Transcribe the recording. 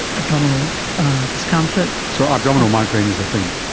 ah abdominal discomfort. so abdominal migraine is a thing?